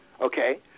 Okay